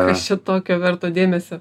kas čia tokio verto dėmesio